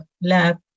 lab